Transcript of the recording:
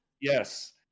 Yes